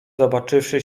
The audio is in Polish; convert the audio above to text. zobaczywszy